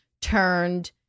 turned